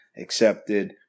accepted